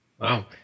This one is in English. Wow